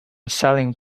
selling